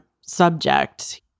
subject